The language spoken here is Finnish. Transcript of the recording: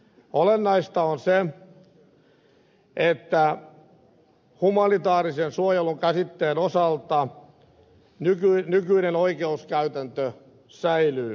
olennaista on se että humanitaarisen suojelun käsitteen osalta nykyinen oikeuskäytäntö säilyy